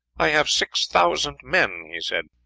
i have six thousand men, he said,